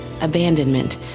abandonment